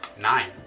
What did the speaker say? nine